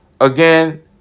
again